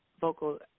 vocal